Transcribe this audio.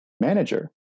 manager